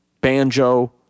banjo